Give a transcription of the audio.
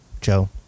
Joe